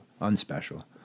unspecial